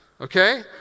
Okay